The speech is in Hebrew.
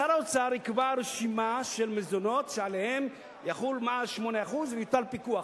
שר האוצר יקבע רשימה של מזונות שעליהם יחול מע"מ 8% ויוטל פיקוח.